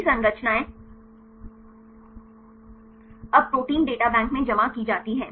सभी संरचनाएं अब प्रोटीन डेटा बैंक में जमा की जाती हैं